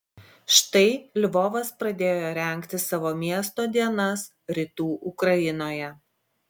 štai lvovas pradėjo rengti savo miesto dienas rytų ukrainoje